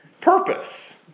Purpose